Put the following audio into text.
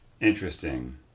interesting